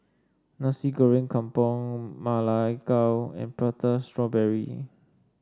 Nasi Goreng Kampung Ma Lai Gao and Prata Strawberry